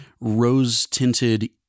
rose-tinted